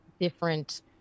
different